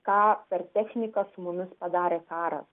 ką per techniką su mumis padarė karas